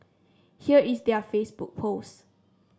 here is their Facebook post